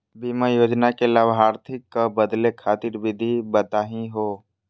बीमा योजना के लाभार्थी क बदले खातिर विधि बताही हो?